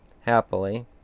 Happily